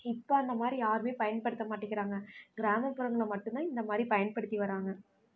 இப்போ அந்தமாதிரி யாருமே பயன்படுத்த மாட்டேக்கிறாங்க கிராமப்புறங்கள்ல மட்டுந்தான் இந்தமாதிரி பயன்படுத்தி வராங்க